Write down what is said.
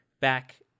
back